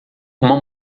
uma